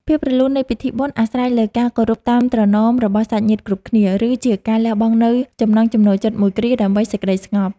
ភាពរលូននៃពិធីបុណ្យអាស្រ័យលើការគោរពតាមត្រណមរបស់សាច់ញាតិគ្រប់គ្នា ឬជាការលះបង់នូវចំណង់ចំណូលចិត្តមួយគ្រាដើម្បីសេចក្តីស្ងប់។